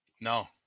No